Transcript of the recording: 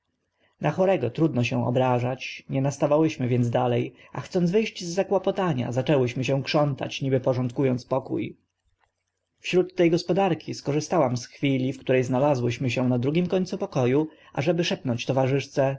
na chorego trudno się obrażać nie nastawałyśmy więc dale a chcąc wy ść z zakłopotania zaczęłyśmy się krzątać niby porządku ąc pokó wśród te gospodarki skorzystałam z chwili w które znalazłyśmy się na drugim końcu poko u ażeby szepnąć towarzyszce